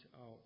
out